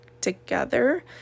together